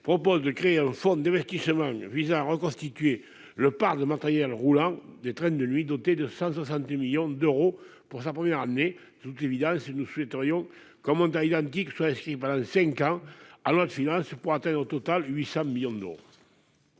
tend à créer un fonds d'investissement visant à reconstituer le parc de matériel roulant des trains de nuit doté de 160 millions d'euros pour sa première année. De toute évidence, nous souhaiterions qu'un montant identique soit inscrit pendant cinq ans en loi de finances, pour atteindre au total 800 millions d'euros.